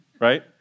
right